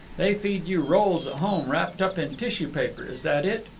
they feed you rolls at home wrapped up in tissue-paper, is that it?